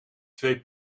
twee